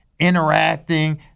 interacting